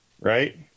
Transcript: right